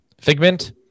Figment